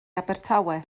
abertawe